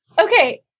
Okay